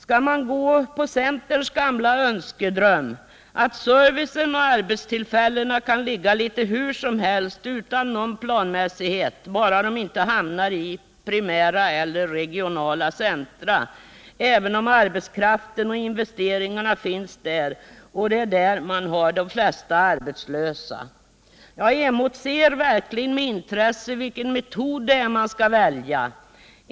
Skall man förverkliga centerns gamla önskedröm -— att servicen och arbetstillfällena kan ligga litet hur som helst utan någon planmässighet, bara de inte hamnar i primära eller regionala centra, även om arbetskraften och investeringarna finns just där och det är där man har de flesta arbetslösa? Jag emotser verkligen med intresse att få veta vilken metod man tänker välja.